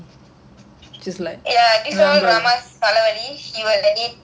ya this whole drama தலைவலி:thalaivali